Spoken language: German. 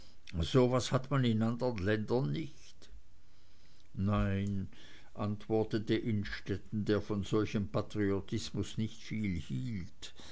so was hat man in anderen ländern nicht nein antwortete innstetten der von solchem patriotismus nicht viel hielt